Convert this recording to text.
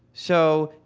so,